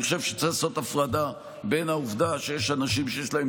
אני חושב שצריך לעשות הפרדה בין העובדה שיש אנשים שיש להם